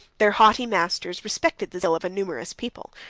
their haughty masters respected the zeal of a numerous people,